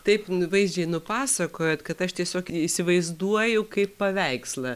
taip vaizdžiai nupasakojot kad aš tiesiog įsivaizduoju kaip paveikslą